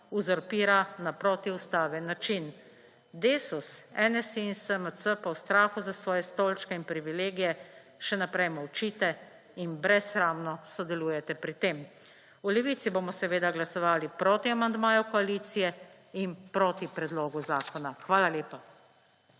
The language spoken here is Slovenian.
uzurpira na protiustaven način. Desus, NSi in SMC pa v strahu za svoje stolčke in privilegije še naprej molčite in brezsramno sodelujete pri tem. V Levici bomo seveda glasovali proti amandmaju koalicije in proti predlogu zakona. Hvala lepa.